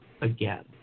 again